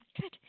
Good